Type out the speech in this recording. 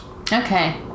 Okay